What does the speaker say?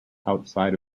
outside